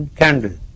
candle